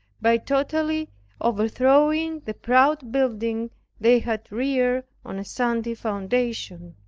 by totally overthrowing the proud building they had reared on a sandy foundation,